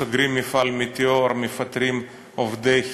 סוגרים את מפעל "מטאור", מפטרים את עובדי כי"ל.